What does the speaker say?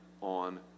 on